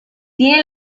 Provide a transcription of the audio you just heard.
tiene